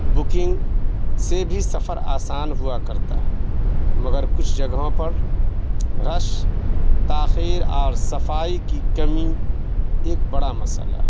booking سے بھی سفر آسان ہوا کرتا ہے مگر کچھ جگہوں پر رش تاخیر اور صفائی کی کمی ایک بڑا مسئلہ ہے